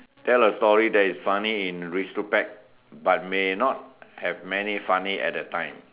tell a story that is funny in retrospect but may not have meant it funny at that time